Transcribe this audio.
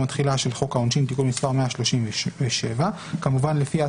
התחילה של חוק העונשין (תיקון מס' 137). קרעי מוסר,